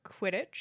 Quidditch